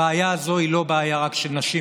הבעיה הזאת היא לא בעיה רק של נשים.